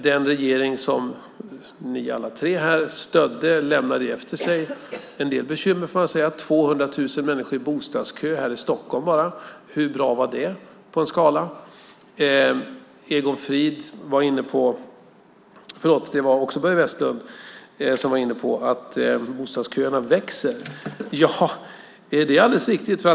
Den regering som ni alla tre stödde lämnade efter sig en del bekymmer, bland annat 200 000 människor i bostadskö bara här i Stockholm. Hur bra var det på en skala? Börje Vestlund var inne på att bostadsköerna växer. Det är alldeles riktigt.